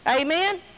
Amen